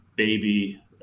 baby